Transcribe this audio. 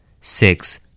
Six